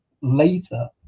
later